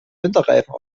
winterreifen